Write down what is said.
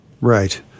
Right